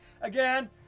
Again